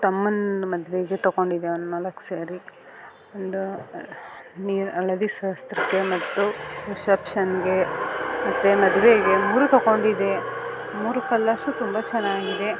ತಮ್ಮನ ಮದುವೆಗೆ ತಗೊಂಡಿದ್ದೆ ಒಂದು ನಾಲ್ಕು ಸ್ಯಾರಿ ಒಂದು ನೀರು ಹಳದಿ ಶಾಸ್ತ್ರಕ್ಕೆ ಮತ್ತು ರಿಶೆಪ್ಷನ್ನಿಗೆ ಮತ್ತು ಮದುವೆಗೆ ಮೂರು ತಗೊಂಡಿದ್ದೆ ಮೂರು ಕಲ್ಲರ್ಸು ತುಂಬ ಚೆನ್ನಾಗಿದೆ